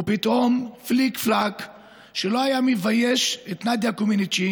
ופתאום, פליק-פלאק שלא היה מבייש את נדיה קומנץ'.